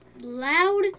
loud